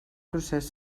procés